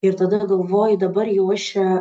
ir tada galvoji dabar jau aš čia